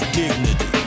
dignity